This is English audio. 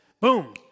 boom